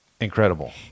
Incredible